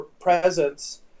presence